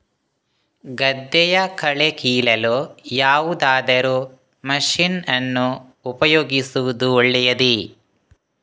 ಗದ್ದೆಯ ಕಳೆ ಕೀಳಲು ಯಾವುದಾದರೂ ಮಷೀನ್ ಅನ್ನು ಉಪಯೋಗಿಸುವುದು ಒಳ್ಳೆಯದೇ?